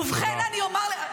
ובכן, אני אומר -- תודה.